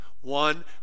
One